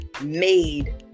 made